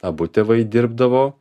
abu tėvai dirbdavo